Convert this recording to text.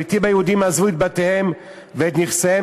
הפליטים היהודים עזבו את בתיהם ואת נכסיהם